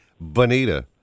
bonita